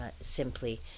simply